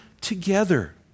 together